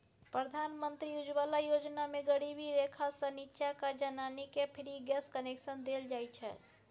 प्रधानमंत्री उज्जवला योजना मे गरीबी रेखासँ नीच्चाक जनानीकेँ फ्री गैस कनेक्शन देल जाइ छै